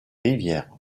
rivières